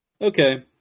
okay